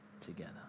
together